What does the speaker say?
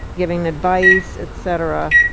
giving advice, et cetera,